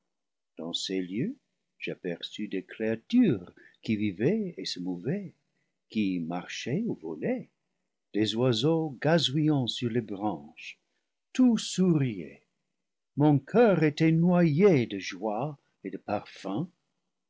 dans ces lieux j'aperçus des créatures qui vivaient et se mouvaient qui marchaient ou vo laient des oiseaux gazouillant sur les branches tout sou riait mon coeur était noyé de joie et de parfum